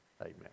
Amen